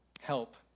help